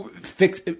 fix